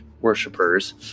worshippers